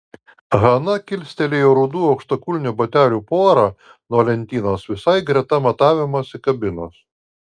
hana kilstelėjo rudų aukštakulnių batelių porą nuo lentynos visai greta matavimosi kabinos